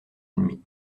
ennemis